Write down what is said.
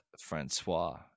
Francois